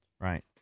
right